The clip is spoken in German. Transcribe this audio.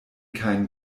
keinen